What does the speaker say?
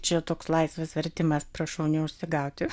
čia toks laisvas vertimas prašau neužsigauti